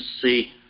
see